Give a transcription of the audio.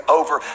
over